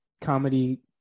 comedy